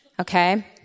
okay